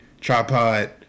Tripod